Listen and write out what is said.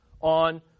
on